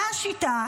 מה השיטה?